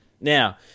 Now